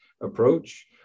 approach